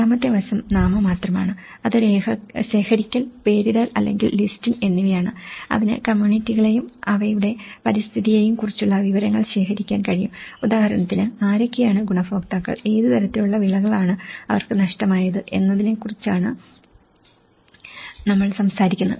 രണ്ടാമത്തെ വശം നാമമാത്രമാണ് അത് ശേഖരിക്കൽ പേരിടൽ അല്ലെങ്കിൽ ലിസ്റ്റിംഗ് എന്നിവയാണ് അതിന് കമ്മ്യൂണിറ്റികളെയും അവയുടെ പരിസ്ഥിതിയെയും കുറിച്ചുള്ള വിവരങ്ങൾ ശേഖരിക്കാൻ കഴിയും ഉദാഹരണത്തിന് ആരൊക്കെയാണ് ഗുണഭോക്താക്കൾ ഏത് തരത്തിലുള്ള വിളകളാണ് അവർക്ക് നഷ്ടമായത് എന്നതിനെക്കുറിച്ചാണ് നമ്മൾ സംസാരിക്കുന്നത്